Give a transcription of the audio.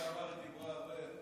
בשבוע שעבר היא דיברה הרבה.